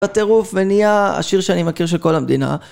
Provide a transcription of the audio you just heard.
בטירוף ונהיה השיר שאני מכיר של כל המדינה